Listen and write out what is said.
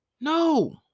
No